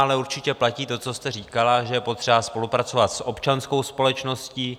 Ale určitě platí to, co jste říkala, že je potřeba spolupracovat s občanskou společností.